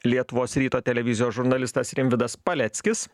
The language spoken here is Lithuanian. lietuvos ryto televizijos žurnalistas rimvydas paleckis